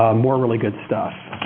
ah more really good stuff.